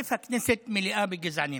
הכנסת מלאה בגזענים,